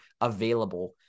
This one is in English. available